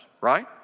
right